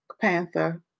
Panther